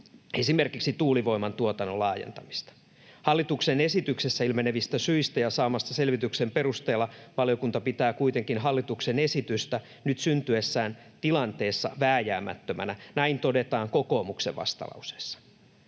esimerkiksi tuulivoiman tuotannon laajentamista. Hallituksen esityksestä ilmenevistä syistä ja saamansa selvityksen perusteella valiokunta pitää kuitenkin hallituksen esitystä nyt syntyneessä tilanteessa vääjäämättömänä.” Näin todetaan kokoomuksen vastalauseessa,